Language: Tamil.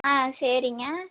ஆ சரிங்க